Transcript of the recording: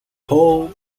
paul